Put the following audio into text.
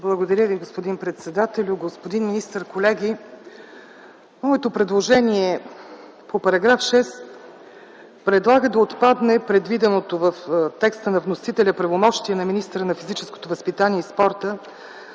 Благодаря Ви, господин председател. Господин министър, колеги! В моето предложение по § 6 се предлага да отпадне предвиденото в текста на вносителя правомощие на министъра на физическото възпитание и спорта